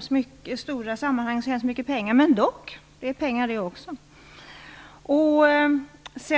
sparas. I stora sammanhang är det väl inte så hemskt mycket pengar, men det är ändå pengar.